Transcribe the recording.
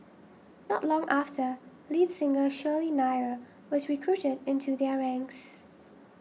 not long after lead singer Shirley Nair was recruited into their ranks